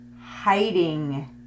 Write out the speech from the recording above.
hiding